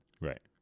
Right